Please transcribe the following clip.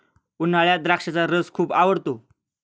उन्हाळ्यात द्राक्षाचा रस खूप आवडतो